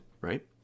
Right